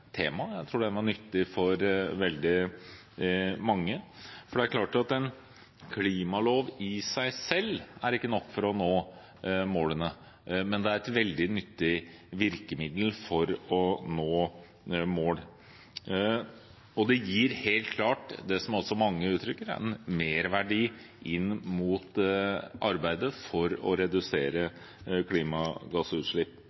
temaet. Jeg tror den var nyttig for veldig mange. Det er klart at en klimalov i seg selv ikke er nok for å nå målene, men det er et veldig nyttig virkemiddel for å nå mål. Det gir helt klart det som mange uttrykker, en merverdi inn mot arbeidet for å redusere klimagassutslipp.